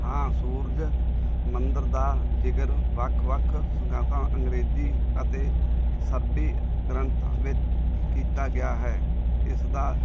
ਹਾਂ ਸੂਰਜ ਮੰਦਰ ਦਾ ਜਿਗਰ ਵੱਖ ਵੱਖ ਸੰਗਾਂਸਾ ਅੰਗਰੇਜੀ ਅਤੇ ਸਰਬੀ ਗ੍ਰੰਥਾਂ ਵਿੱਚ ਕੀਤਾ ਗਿਆ ਹੈ ਇਸ ਦਾ